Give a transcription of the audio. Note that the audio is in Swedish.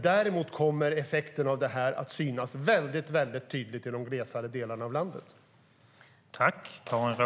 Däremot kommer effekterna att synas väldigt tydligt i de glesare delarna av landet.